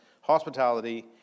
hospitality